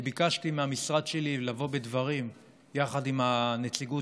אני ביקשתי מהמשרד שלי לבוא בדברים עם הנציגות